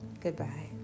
goodbye